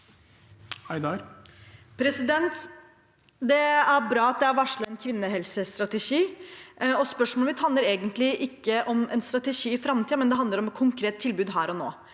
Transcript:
Det er bra at det er vars- let en kvinnehelsestrategi. Spørsmålet mitt handler egentlig ikke om en strategi i framtiden, men om et konkret tilbud her og nå.